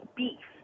beef